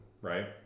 right